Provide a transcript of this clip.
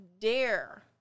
dare